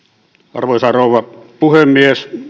arvoisa rouva puhemies